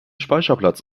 speicherplatz